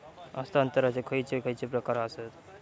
हस्तांतराचे खयचे खयचे प्रकार आसत?